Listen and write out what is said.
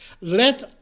Let